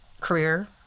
career